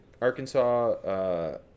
Arkansas